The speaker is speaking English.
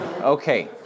Okay